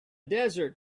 desert